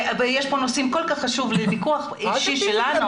יש כאן נושאים כל כך חשובים ולא ויכוח אישי שלנו.